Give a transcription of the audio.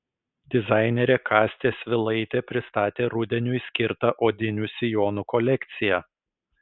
dizainerė kastė svilaitė pristatė rudeniui skirtą odinių sijonų kolekciją